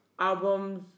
albums